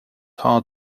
hard